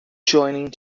joining